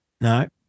No